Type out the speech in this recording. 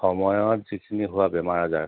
সময়ত যিখিনি হোৱা বেমাৰ আজাৰ